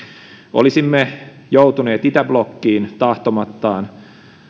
olisimme joutuneet itäblokkiin tahtomattaan